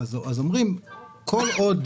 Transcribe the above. אומרים שכל עוד